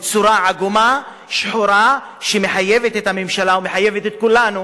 צורה עגומה ושחורה שמחייבת את הממשלה ואת כולנו